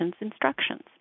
instructions